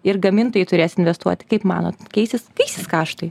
ir gamintojai turės investuoti kaip manot keisis keisis kaštai